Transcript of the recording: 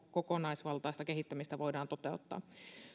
kokonaisvaltaista kehittämistä voidaan toteuttaa